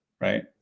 Right